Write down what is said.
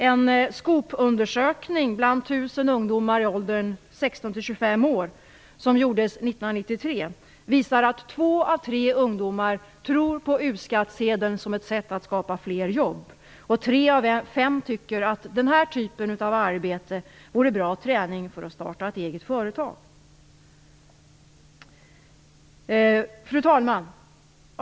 En SKOP undersökning bland 1 000 ungdomar i åldern 16-25 år som gjordes 1993 visar att två av tre ungdomar tror på U-skattsedeln som ett sätt att skapa fler jobb. Tre av fem tycker att den här typen av arbeten vore bra träning för att starta ett eget företag. Fru talman!